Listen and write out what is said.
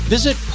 Visit